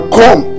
come